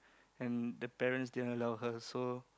and the parents didn't allow her so